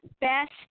best